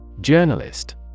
Journalist